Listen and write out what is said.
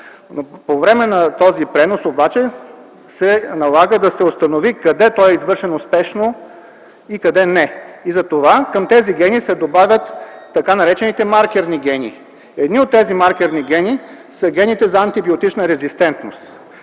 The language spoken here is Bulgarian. По време на този преход обаче се налага да се установи къде той е извършен успешно и къде – не. Затова към тези гени се добавят така наречените маркерни гени. Едни от тези маркерни гени са гените за антибиотична резистентност.